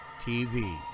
TV